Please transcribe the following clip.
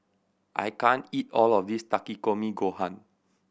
I can't eat all of this Takikomi Gohan